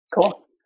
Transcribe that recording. Cool